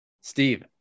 Steve